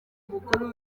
mukuru